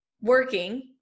working